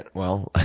well,